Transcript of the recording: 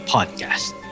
Podcast